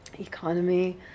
economy